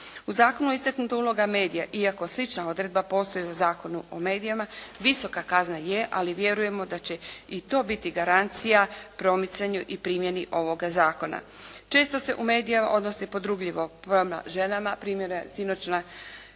U zakonu je istaknuta uloga medija iako slična odredba postoji u Zakonu o medijima, visoka kazna je, ali vjerujemo da će i to biti garancija promicanju i primjeni ovoga zakona. Često se u medijima odnosi podrugljivo prema ženama, primjer je sinoćnja